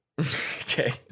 Okay